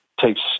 takes